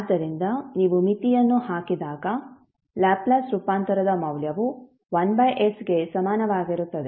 ಆದ್ದರಿಂದ ನೀವು ಮಿತಿಯನ್ನು ಹಾಕಿದಾಗ ಲ್ಯಾಪ್ಲೇಸ್ ರೂಪಾಂತರದ ಮೌಲ್ಯವು 1s ಗೆ ಸಮಾನವಾಗಿರುತ್ತದೆ